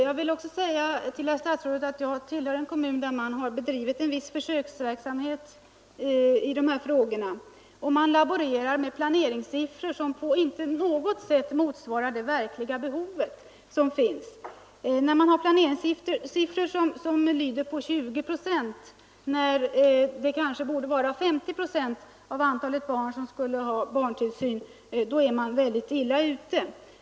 Jag vill också säga till herr statsrådet att jag tillhör en kommun där man har bedrivit en viss försöksverksamhet i de här frågorna men där man laborerar med planeringssiffror som inte på något sätt motsvarar det behov som finns — när planeringssiffrorna lyder på 20 procent, medan kanske 50 procent av antalet barn behöver barntillsyn, är man synnerligen illa ute.